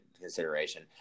consideration